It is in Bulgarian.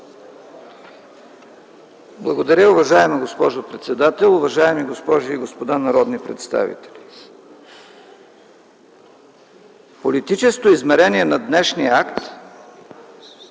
Благодаря, уважаема госпожо председател. Уважаеми госпожи и господа народни представители! Политическото измерение на днешния акт